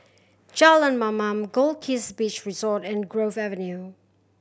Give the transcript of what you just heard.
Jalan Mamam Goldkist Beach Resort and Grove Avenue